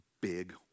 big